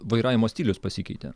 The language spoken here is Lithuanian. vairavimo stilius pasikeitė